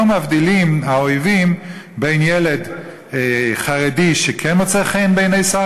האויבים לא מבדילים בין ילד חרדי שכן מוצא חן בעיני שר